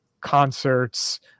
concerts